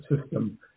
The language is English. system